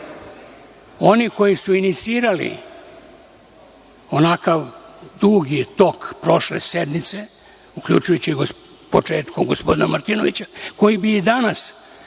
oni koji su inicirali onakav dugi tok prošle sednice, uključujući s početka i gospodina Martinovića koji bi i danas pokazao